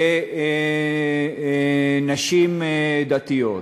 לנשים דתיות.